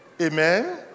Amen